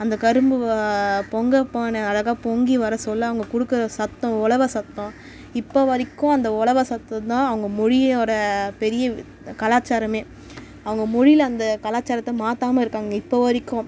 அந்த கரும்பு பொங்கப்பானை அழகா பொங்கி வர சொல்ல அவங்க கொடுக்குற சத்தம் ஒலவை சத்தம் இப்போ வரைக்கும் அந்த ஒலவை சத்தம் தான் அவங்க மொழியோடய பெரிய கலாச்சாரமே அவங்க மொழியில் அந்த கலாச்சாரத்தை மாற்றாம இருக்காங்க இப்போ வரைக்கும்